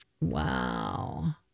Wow